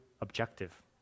objective